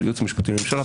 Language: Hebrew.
של ייעוץ משפטי לממשלה,